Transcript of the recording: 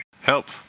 Help